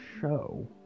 show